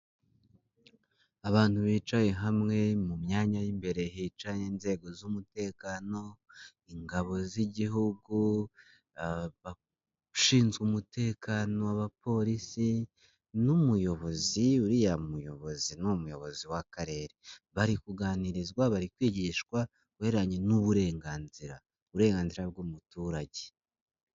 Abantu bicaye hamwe mu myanya y'imbere hica n'inzego z'umutekano, ingabo z'igihugu, ashinzwe umutekano b'abapolisi, n'umuyobozi, uriya muyobozi n'umuyobozi w'Akarere, bari kuganirizwa, bari kwigishwa kubirebanye n'uburenganzira, uburenganzira bw'umuturage.